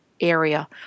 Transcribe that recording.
area